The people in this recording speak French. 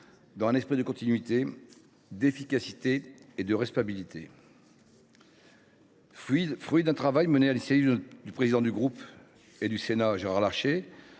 dans un esprit de continuité, d’efficacité et de responsabilité. Fruit d’un travail mené, sur l’initiative du président du Sénat, Gérard Larcher,